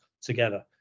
together